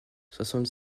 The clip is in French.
soixante